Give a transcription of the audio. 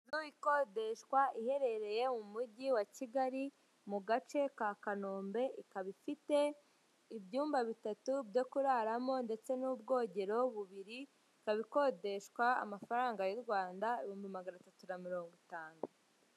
Inzu ikodeshwa iherereye mu mujyi wa kigali mu gace ka Kanombe, ikaba ifite ibyumba bitatu byo kuraramo ndetse n'ubwogero bubiri. Ikaba ikodeshwa amafaranga y'u Rwanda ibihumbi magana atatu na mirongo itanu.